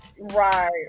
Right